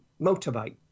motorbike